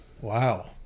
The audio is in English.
Wow